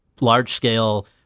large-scale